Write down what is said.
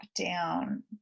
down